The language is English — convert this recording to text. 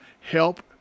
help